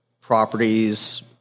properties